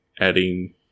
adding